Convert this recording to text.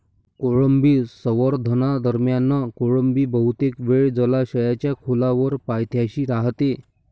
कोळंबी संवर्धनादरम्यान कोळंबी बहुतेक वेळ जलाशयाच्या खोलवर पायथ्याशी राहते